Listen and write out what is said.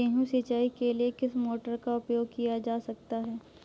गेहूँ सिंचाई के लिए किस मोटर का उपयोग किया जा सकता है?